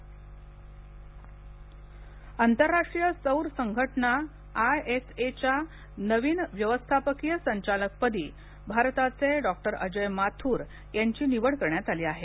माथर आंतरराष्ट्रीय सौर संघटना आय एस ए च्या नवीन व्यवस्थापकीय संचालकपदी भारताचे डॉ अजय माथुर यांची निवड करण्यात आली आहे